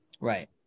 Right